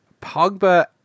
Pogba